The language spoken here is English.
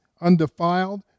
undefiled